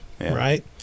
right